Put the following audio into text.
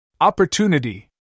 Opportunity